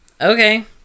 Okay